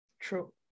True